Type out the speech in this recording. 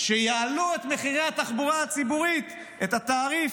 שיעלו את מחירי התחבורה הציבורית, את התעריף,